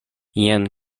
jen